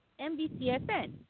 NBCSN